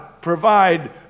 provide